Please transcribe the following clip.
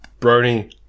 Brony